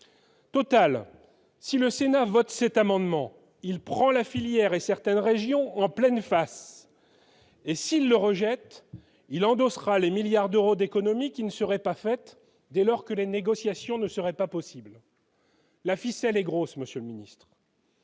total, si le Sénat vote cet amendement, il prend la filière et certaines régions en pleine face et s'il le rejette, il endossera les milliards d'euros d'économies qui ne serait pas faite dès lors que les négociations ne serait pas possible. La ficelle est grosse, Monsieur le Ministre.